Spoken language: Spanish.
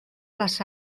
las